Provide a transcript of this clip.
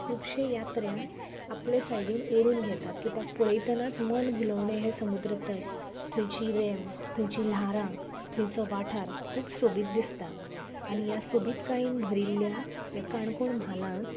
खुबशे यात्र्यांक आपले सायडीन ओडून घेतात कित्याक पळयतनाच मन भुलवणे हे समुद्र तट थंयची रेंव थंयची ल्हारां थंयचो वाठार खूब सोबीत दिसता आनी ह्या सोबीतकायेन भरिल्ल्या ह्या काणकोण म्हालांत